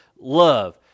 love